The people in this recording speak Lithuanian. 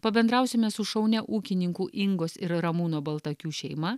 pabendrausime su šaunia ūkininkų ingos ir ramūno baltakių šeima